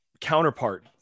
counterpart